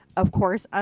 of course, ah